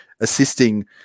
assisting